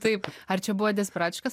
taip ar čia buvo desperatiškas